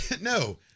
no